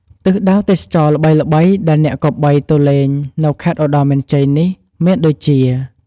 ទិសដៅទេសចរណ៍ល្បីៗដែលអ្នកគប្បីទៅលេងនៅខេត្តឧត្តរមានជ័យនេះ មានដូចជា។